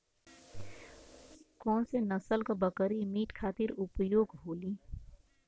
कौन से नसल क बकरी मीट खातिर उपयोग होली?